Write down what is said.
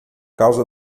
causa